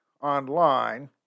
online